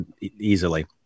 easily